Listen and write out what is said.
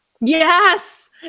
Yes